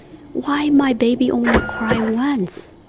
why my baby only cry once?